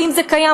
ואם זה קיים,